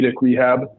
rehab